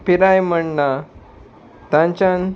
पिराय म्हण ना तांच्यान